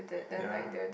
ya